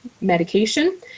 medication